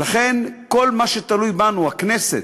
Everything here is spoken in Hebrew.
ולכן, בכל מה שתלוי בנו, הכנסת,